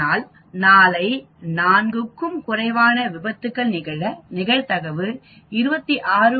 அதனால் நாளை 4 க்கும் குறைவான விபத்துக்கள் நிகழ நிகழ்தகவு 26